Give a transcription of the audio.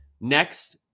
Next